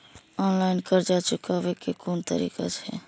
Online कर्ज चुकाने के कोन तरीका छै?